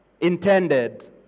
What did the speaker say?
intended